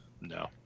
No